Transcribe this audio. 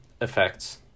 effects